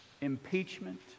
impeachment